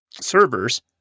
servers